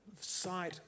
Sight